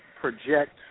project